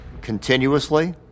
continuously